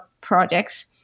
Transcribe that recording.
projects